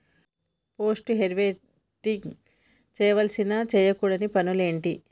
Post harvesting చేయవలసిన చేయకూడని పనులు ఏంటి?